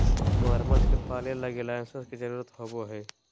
मगरमच्छ के पालय लगी लाइसेंस के जरुरत होवो हइ